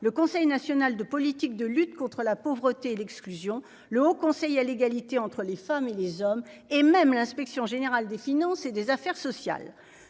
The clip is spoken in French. le Conseil national de politique de lutte contre la pauvreté et l'exclusion, le Haut Conseil à l'égalité entre les femmes et les hommes, et même l'inspection générale des finances et des affaires sociales,